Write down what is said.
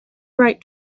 write